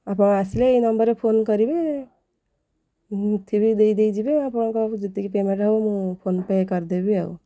ଆପଣ ଆସିଲେ ଏଇ ନମ୍ବରରେ ଫୋନ୍ କରିବେ ମୁଁ ଥିବି ଦେଇ ଦେଇଯିବେ ଆପଣଙ୍କ ଯେତିକି ପେମେଣ୍ଟ ହେବ ମୁଁ ଫୋନ୍ ପେ କରିଦେବି ଆଉ